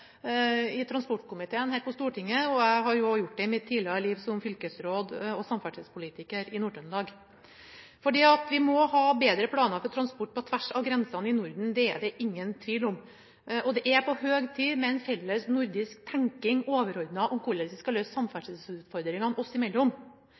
i mange ulike sammenhenger, i transportkomiteen her på Stortinget, og jeg har også gjort det i mitt tidligere liv som fylkesråd og samferdselspolitiker i Nord-Trøndelag. Vi må ha bedre planer for transport på tvers av grensene i Norden – det er det ingen tvil om. Det er på høg tid med en felles nordisk overordnet tenking om hvordan vi skal løse